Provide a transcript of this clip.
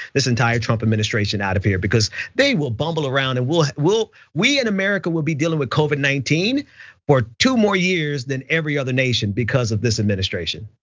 this entire trump administration out of here. because they will bumble around and will will we in america will be dealing with covid nineteen for two more years than every other nation because of this administration.